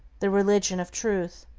the religion of truth.